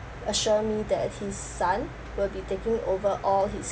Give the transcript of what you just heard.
assure me that his son will be taking over all his